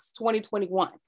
2021